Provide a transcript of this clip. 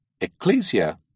ecclesia